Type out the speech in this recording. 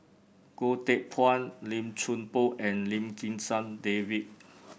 Goh Teck Phuan Lim Chuan Poh and Lim Kim San David